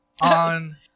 on